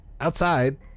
outside